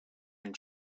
and